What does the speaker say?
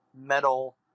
metal